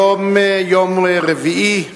היום יום רביעי,